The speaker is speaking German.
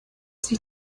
sich